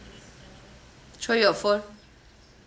throw your phone